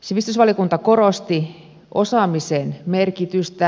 sivistysvaliokunta korosti osaamisen merkitystä